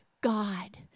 God